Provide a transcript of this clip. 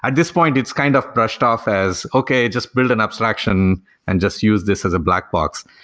at this point, it's kind of brushed off as okay, just build an abstraction and just use this as a black box.